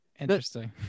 interesting